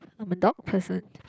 I'm a dog person